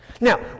Now